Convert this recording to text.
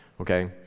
okay